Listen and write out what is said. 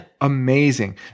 amazing